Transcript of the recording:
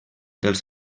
dels